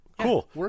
Cool